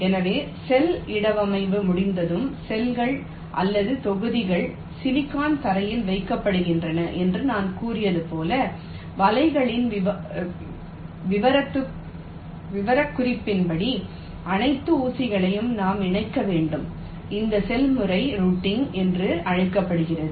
எனவே செல் இடவமைவு முடிந்ததும் செல்கள் அல்லது தொகுதிகள் சிலிக்கான் தரையில் வைக்கப்படுகின்றன என்று நான் கூறியது போல வலைகளின் விவரக்குறிப்பின் படி அனைத்து ஊசிகளையும் நாம் இணைக்க வேண்டும் இந்த செயல்முறை ரூட்டிங் என்று அழைக்கப்படுகிறது